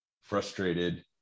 frustrated